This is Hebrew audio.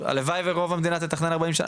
הלוואי ורוב המדינה תתכנן ארבעים שנה,